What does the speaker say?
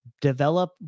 develop